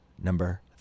Number